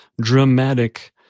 dramatic